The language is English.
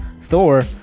Thor